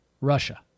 Russia